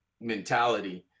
mentality